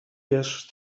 wiesz